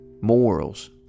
morals